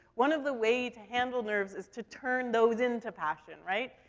one of the way to handle nerves is to turn those into passion, right?